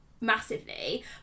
massively